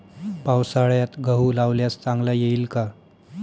पावसाळ्यात गहू लावल्यास चांगला येईल का?